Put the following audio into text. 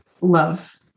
love